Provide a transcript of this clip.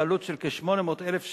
בעלות של כ-800,000 ש"ח,